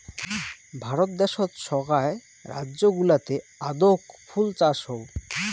ভারত দ্যাশোত সোগায় রাজ্য গুলাতে আদৌক ফুল চাষ হউ